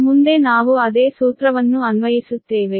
ಆದ್ದರಿಂದ ಮುಂದೆ ನಾವು ಅದೇ ಸೂತ್ರವನ್ನು ಅನ್ವಯಿಸುತ್ತೇವೆ